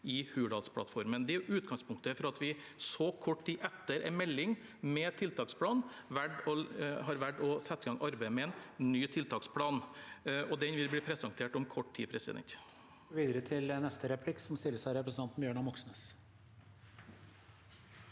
i Hurdalsplattformen. Det er utgangspunktet for at vi så kort tid etter en melding med tiltaksplan har valgt å sette i gang arbeidet med en ny tiltaksplan, og den vil bli presentert om kort tid. Bjørnar